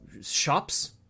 shops